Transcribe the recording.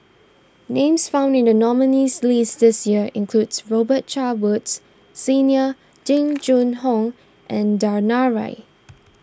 names found in the nominees' list this year includes Robet Carr Woods Senior Jing Jun Hong and Danaraj